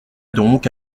donc